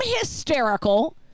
hysterical